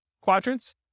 quadrants